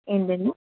ఏంటండీ